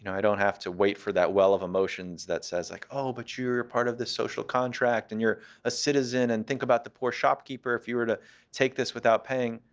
and i don't have to wait for that well of emotions that says, like, oh, but you're you're part of this social contract, and you're a citizen. and think about the poor shopkeeper if you were to take this without paying.